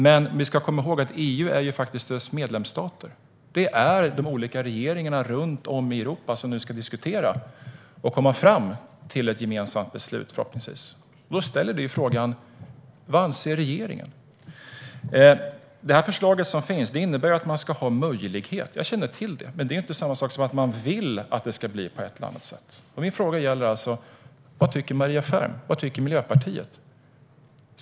Men vi ska komma ihåg att EU faktiskt är dess medlemsstater. Det är de olika regeringarna runt om i Europa som nu ska diskutera och förhoppningsvis komma fram till ett gemensamt beslut. Då uppstår frågan: Vad anser regeringen? Det förslag som finns innebär att man ska ha en möjlighet. Jag känner till det. Men det är inte samma sak som att man vill att det ska bli på ett eller annat sätt. Min fråga gäller vad Maria Ferm och Miljöpartiet tycker.